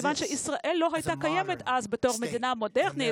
מכיוון שישראל לא הייתה קיימת אז כמדינה מודרנית,